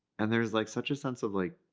and there was like such a sense of like,